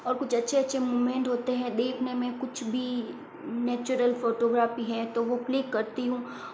और कुछ अच्छे अच्छे मूवमेंट होते है देखने में कुछ भी नैचुरल फोटोग्राफी है तो वो क्लिक करती हूँ